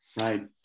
Right